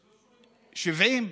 לא 80%, זה לא נכון.